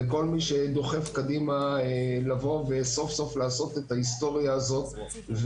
לכל מי שדוחף קדימה לבוא וסוף סוף לעשות את ההיסטוריה הזאת.